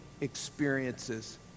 experiences